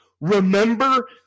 Remember